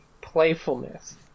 playfulness